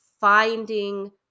finding